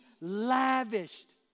lavished